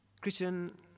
christian